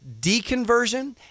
deconversion